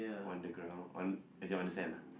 on the ground on as in on the sand ah